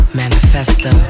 manifesto